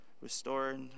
restored